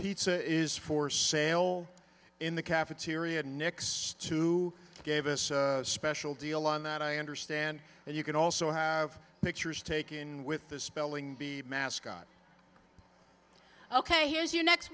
pizza is for sale in the cafeteria next to gave us a special deal on that i understand and you can also have pictures taken with the spelling bee mascot ok here's your next